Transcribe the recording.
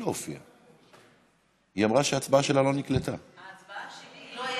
ההצבעה שלי לא,